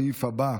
ההצבעה: